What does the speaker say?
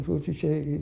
žodžiu čia